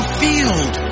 field